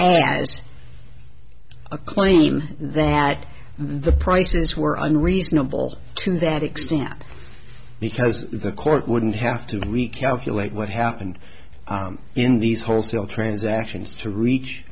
thing a claim that the prices were unreasonable to that extent because the court wouldn't have to recalculate what happened in these wholesale transactions to reach